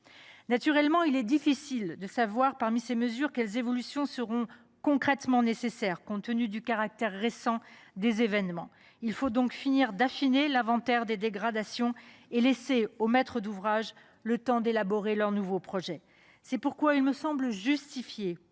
Naturellement, il est difficile de savoir quelles évolutions seront concrètement nécessaires, compte tenu du caractère récent des événements. Il faut donc affiner l’inventaire des dégradations et laisser aux maîtres d’ouvrage le temps d’élaborer leurs nouveaux projets. C’est pourquoi il me semble justifié,